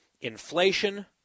inflation